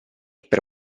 per